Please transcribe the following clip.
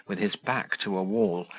with his back to a wall,